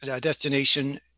destination